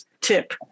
tip